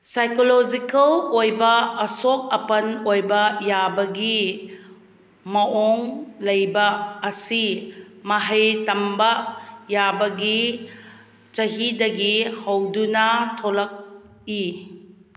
psychological ꯑꯣꯏꯕ ꯑꯁꯣꯛ ꯑꯄꯟ ꯑꯣꯏꯕ ꯌꯥꯕꯒꯤ ꯃꯑꯣꯡ ꯂꯩꯕ ꯑꯁꯤ ꯃꯍꯩ ꯇꯝꯕ ꯌꯥꯕꯒꯤ ꯆꯍꯤꯗꯒꯤ ꯍꯧꯗꯨꯅ ꯊꯣꯛꯂꯛꯏ